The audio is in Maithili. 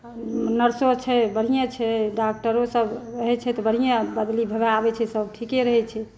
आ नर्सो छै बढ़िये छै डॉक्टरो सब रहै छै तऽ बढ़िये बदली भए भए आबै छै सब ठीके रहै छै